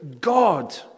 God